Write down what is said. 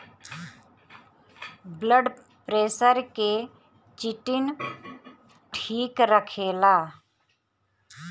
blood pressure के चिटिन ठीक रखेला